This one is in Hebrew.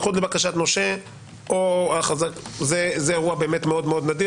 איחוד לבקשת נושה זה אירוע באמת נדיר,